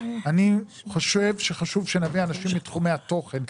אני חושב שחשוב שנביא אנשים מתחומי התוכן,